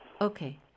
Okay